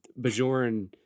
bajoran